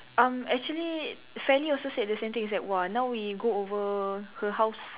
um actually Feli also said the same thing she said !wah! now we go over her house